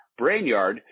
Brainyard